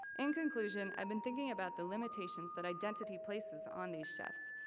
in conclusion, i've been thinking about the limitations that identity places on these chefs.